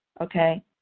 okay